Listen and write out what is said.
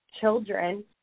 children